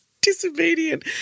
disobedient